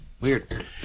Weird